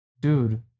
Dude